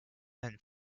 and